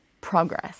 progress